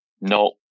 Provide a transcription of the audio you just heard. No